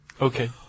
Okay